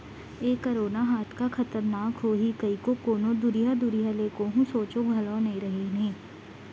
ए corona ह अतका खतरनाक होही कइको कोनों दुरिहा दुरिहा ले कोहूँ सोंचे घलौ नइ रहिन हें